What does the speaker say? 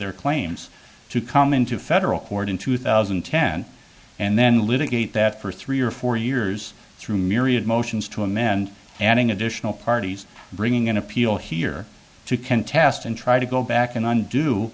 their claims to come into federal court in two thousand and ten and then litigate that for three or four years through myriad motions to amend adding additional parties bringing an appeal here to contest and try to go back and undo